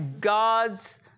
God's